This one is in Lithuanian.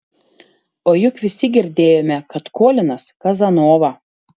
o juk visi girdėjome kad kolinas kazanova